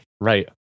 right